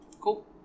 Cool